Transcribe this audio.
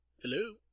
Hello